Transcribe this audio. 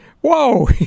whoa